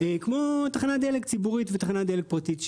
כמו תחנת דלק ציבורית ותחנת דלק פרטית,